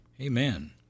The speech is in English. Amen